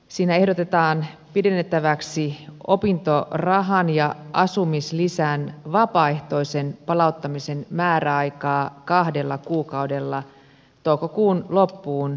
siinä ehdotetaan pidennettäväksi opintorahan ja asumislisän vapaaehtoisen palauttamisen määräaikaa kahdella kuukaudella toukokuun loppuun asti